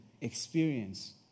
experience